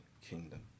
kingdom